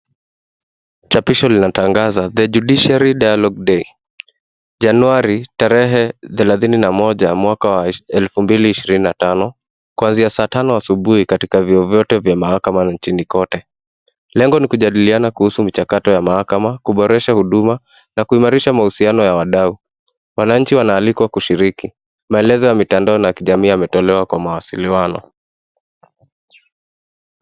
Chapisho linatangaza: The Judiciary Dialogue Day , Januari tarehe thelathini na moja mwaka wa elfu mbili ishirini na tano, kuanzia saa tano asubuhi katika vyuo vyote vya mahakama nchini kote. Lengo ni kujadiliana kuhusu michakato ya mahakama, kuboresha huduma na kuimarisha mahusiano ya wadau. Wananchi wanaalikwa kushiriki. Maelezo ya mitandao na kijamii yametolewa kwa mawasiliano.